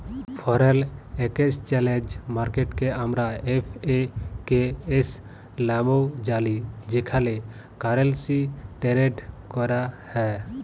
foreign exchange মার্কেটকে আমরা এফ.এ.কে.এস লামেও জালি যেখালে কারেলসি টেরেড ক্যরা হ্যয়